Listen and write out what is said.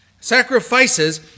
sacrifices